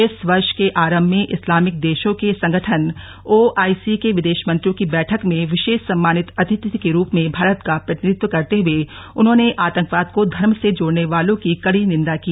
इस वर्ष के आरम्भ में इस्लामिक देशों के संगठन ओआईसी के विदेश मंत्रियों की बैठक में विशेष सम्मानित अतिथि के रूप में भारत का प्रतिनिधित्व करते हुए उन्होंने आतंकवाद को धर्म से जोड़ने वालों की कड़ी निंदा की